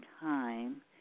time